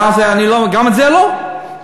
גם את זה לא?